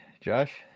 Josh